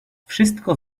wszystko